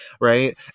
Right